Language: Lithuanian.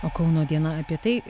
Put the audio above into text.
o kauno diena apie tai